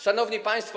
Szanowni Państwo!